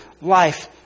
life